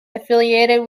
affiliated